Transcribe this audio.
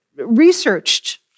researched